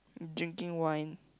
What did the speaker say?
drinking wine